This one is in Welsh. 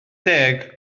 deg